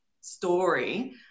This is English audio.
story